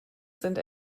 sind